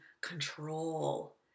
control